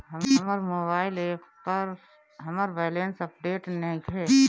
हमर mobile app पर हमर बैलेंस अपडेट नइखे